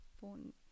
phone